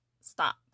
stop